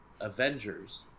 avengers